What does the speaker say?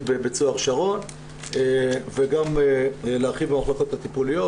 בבית הסוהר שרון ולהרחיב -- הטיפוליות,